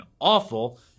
awful